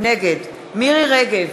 נגד מירי רגב,